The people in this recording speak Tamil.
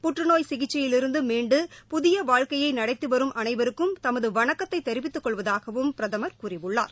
புற்றநோய் சிகிச்சையிலிருந்து மீண்டு புதிய வாழ்க்கையை நடத்தி வரும் அனைவருக்கும் தமது வணக்கத்தை தெரிவித்துக் கொள்வதாகவும் பிரதமர் கூறியுள்ளார்